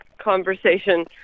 conversation